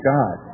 God